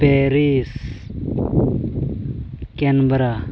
Paris camera